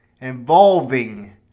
Involving